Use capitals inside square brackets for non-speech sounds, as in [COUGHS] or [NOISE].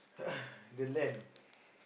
[COUGHS] the land [BREATH]